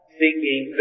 seeking